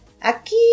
Aquí